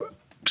אם